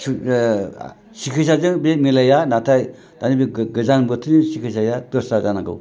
सिखिदसाजों बे मिलाया नाथाय दानि गोजां बोजोरनि सिखिदसाया दस्रा जानांगौ